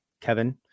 Kevin